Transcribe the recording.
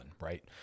right